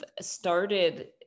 started